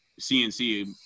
CNC